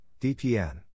DPN